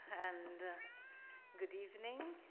and good evening.